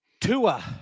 Tua